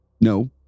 no